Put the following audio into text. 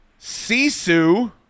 Sisu